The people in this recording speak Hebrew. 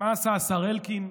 מה עשה השר אלקין?